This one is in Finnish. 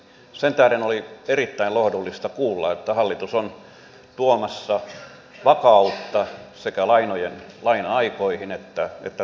sen tähden oli erittäin lohdullista kuulla että hallitus on tuomassa vakautta sekä laina aikoihin että takauksiin